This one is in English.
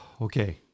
okay